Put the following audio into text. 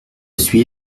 suis